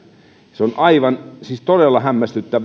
se on todella vähän siihen